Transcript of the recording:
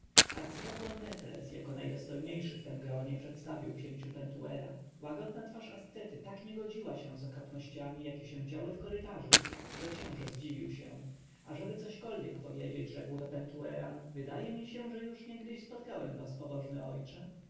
arcykapłan mefres jako najdostojniejszy w tem gronie przedstawił księciu pentuera łagodna twarz ascety tak nie godziła się z okropnościami jakie się działy w korytarzu że książę zdziwił się ażeby cośkolwiek powiedzieć rzekł do pentuera wydaje mi się że już kiedyś spotkałem was pobożny ojcze